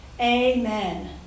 Amen